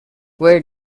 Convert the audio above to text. where